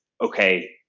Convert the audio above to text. okay